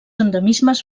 endemismes